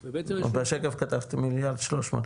ובעצם --- בשקף כתבתם 1.300 מיליארד,